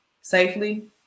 safely